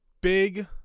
big